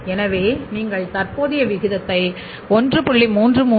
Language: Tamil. எனவே நீங்கள் தற்போதைய விகிதத்தை 1